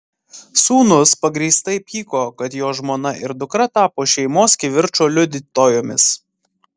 sūnus pagrįstai pyko kad jo žmona ir dukra tapo šeimos kivirčo liudytojomis